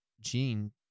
Gene